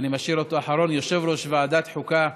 ואני משאיר אותו אחרון, יושב-ראש ועדת החוקה,